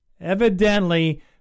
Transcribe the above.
Evidently